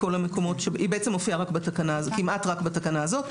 היא בעצם מופיעה כמעט רק בתקנה הזאת.